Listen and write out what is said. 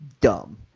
dumb